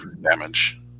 damage